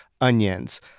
onions